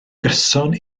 gyson